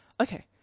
okay